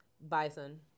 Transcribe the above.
Bison